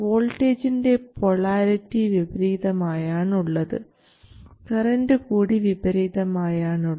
വോൾട്ടേജിൻറെ polarity വിപരീതമായാണ് ഉള്ളത് current കൂടി വിപരീതമായാണ് ഉള്ളത്